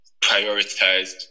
prioritized